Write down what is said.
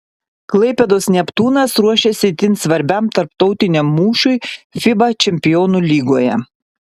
klaipėdos neptūnas ruošiasi itin svarbiam tarptautiniam mūšiui fiba čempionų lygoje